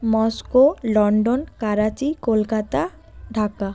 Moscow London Karachi Kolkata Dhaka